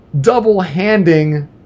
double-handing